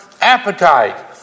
appetite